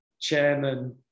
chairman